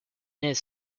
his